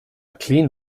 clean